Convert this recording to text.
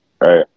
right